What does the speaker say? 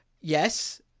yes